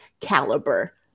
caliber